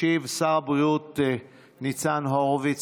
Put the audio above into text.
ישיב שר הבריאות ניצן הורוביץ.